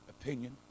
opinion